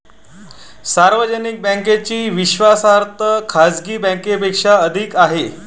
सार्वजनिक बँकेची विश्वासार्हता खाजगी बँकांपेक्षा अधिक आहे